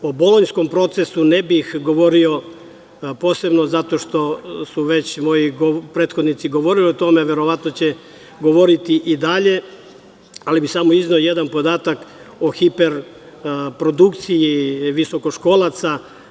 O Bolonjskom procesu ne bih govorio posebno, zato što su moji prethodnici već govorili o tome i verovatno će govoriti i dalje, ali bih izneo jedan podatak o hiperprodukciji visokoškolaca.